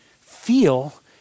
feel